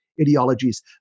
ideologies